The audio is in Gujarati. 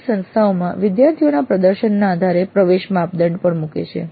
કેટલીક સંસ્થાઓ વિદ્યાર્થીઓના પ્રદર્શનના આધારે પ્રવેશ માપદંડ પણ મૂકે છે